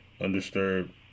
undisturbed